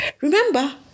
Remember